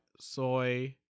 soy